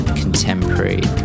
contemporary